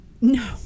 No